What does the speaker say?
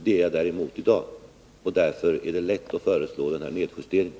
Det är jag däremot i dag, och därför är det lätt att föreslå den här nedjusteringen.